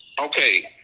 Okay